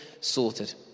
sorted